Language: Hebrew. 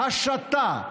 השתא.